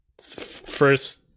first